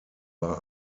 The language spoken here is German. war